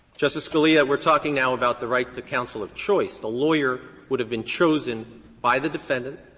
justice scalia, we're talking now about the right to counsel of choice. the lawyer would have been chosen by the defendant.